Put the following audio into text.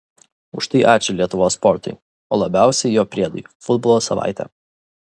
už tai ačiū lietuvos sportui o labiausiai jo priedui futbolo savaitė